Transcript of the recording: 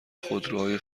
خودروهای